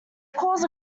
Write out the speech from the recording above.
caused